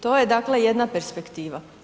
To je dakle, jedna perspektiva.